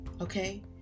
okay